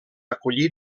acollir